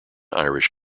irish